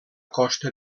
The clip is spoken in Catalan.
costa